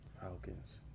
Falcons